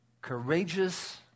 courageous